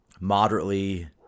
moderately